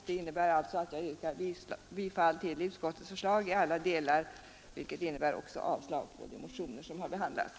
Det innebär alltså att jag till alla delar yrkar bifall till utskottets förslag, innebärande avslag på de motioner som har behandlats.